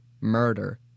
murder